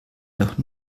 doch